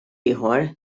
ieħor